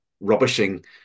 rubbishing